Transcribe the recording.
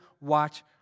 watch